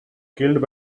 killed